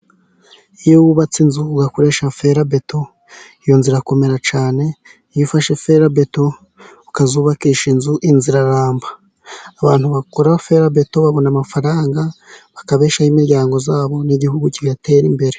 Iyo wubatse inzu ugakoresha ferabeto, iyo nzu irakomerara cyane, iyo ufashe fera beto ukazubakisha inzu, inzu iraramba. Abantu bakora ferabeto babona amafaranga bakabeshaho imiryango yabo, n'igihugu kigatera imbere.